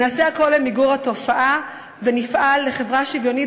נעשה הכול למיגור התופעה ונפעל לחברה שוויונית,